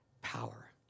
power